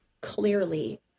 clearly